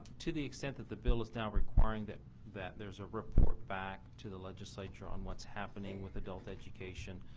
to the extent that the bill is now requiring that that there is a report back to the legislature on what's happening with adult education,